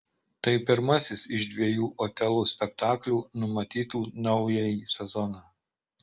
tai pirmasis iš dviejų otelo spektaklių numatytų naująjį sezoną